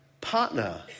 partner